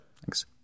Thanks